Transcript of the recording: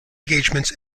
engagements